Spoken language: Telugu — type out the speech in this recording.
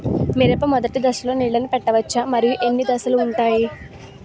మిరప మొదటి దశలో నీళ్ళని పెట్టవచ్చా? మరియు ఎన్ని దశలు ఉంటాయి?